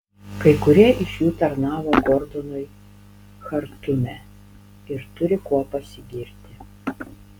kai kurie iš jų tarnavo gordonui chartume ir turi kuo pasigirti